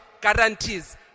guarantees